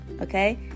okay